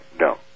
No